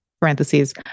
parentheses